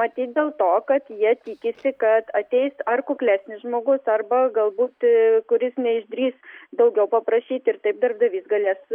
matyt dėl to kad jie tikisi kad ateis ar kuklesnis žmogus arba galbūt kuris neišdrįs daugiau paprašyti ir taip darbdavys galės